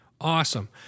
Awesome